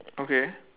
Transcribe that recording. okay